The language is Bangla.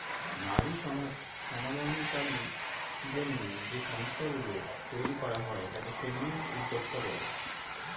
নারী সমানাধিকারের জন্য যে সংস্থা গুলো তৈরী করা হয় তাকে ফেমিনিস্ট উদ্যোক্তা বলে